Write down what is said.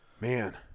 Man